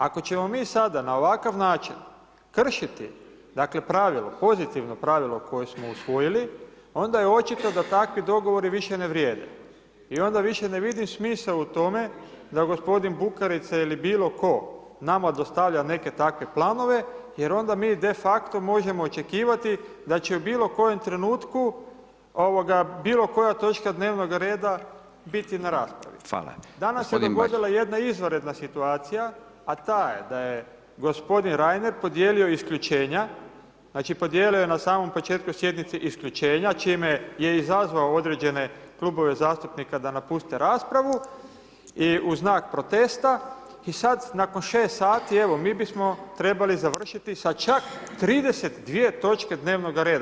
Ako ćemo mi sada na ovakav način kršiti dakle pravilo, pozitivno pravilo koje smo usvojili, onda je očito da takvi dogovori više ne vrijede i onda više ne vidim smisao u tome da gospodin Bukarica ili bilo tko nama dostavlja neke takve planove, jer onda mi de facto možemo očekivati da će u bilo kojem trenutku bilo koja točka dnevnoga reda biti na raspravi [[Upadica Radin: Hvala.]] Danas se dogodila jedna izvanredna situacija, a ta je da je gospodin Reiner podijelio isključenja, znači podijelio je na samom početku sjednice isključenja čime je izazvao određene klubove zastupnika da napuste raspravu i u znak protesta i sada nakon 6 sati evo mi bismo trebali završiti sa čak 32 točke dnevnoga reda.